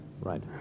Right